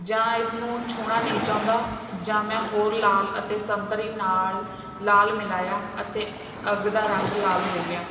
ਜਾਂ ਇਸ ਨੂੰ ਛੂਹਣਾ ਨਹੀਂ ਚਾਹੁੰਦਾ ਜਾਂ ਮੈਂ ਹੋਰ ਲਾਲ ਅਤੇ ਸੰਤਰੀ ਨਾਲ਼ ਲਾਲ ਮਿਲਾਇਆ ਅਤੇ ਅੱਗ ਦਾ ਰੰਗ ਲਾਲ ਹੋ ਗਿਆ